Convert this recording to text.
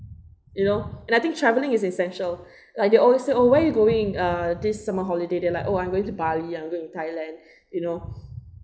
you know and I think travelling is essential like they always say oh where are you going uh this summer holiday they're like oh I'm going to bali I'm going to thailand you know